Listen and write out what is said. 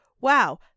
Wow